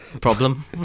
Problem